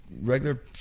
regular